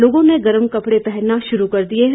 लोगों ने गर्म कपड़े पहनना शुरू कर दिए हैं